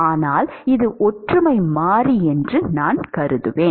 ஆனால் இது ஒற்றுமை மாறி என்று நான் கருதுகிறேன்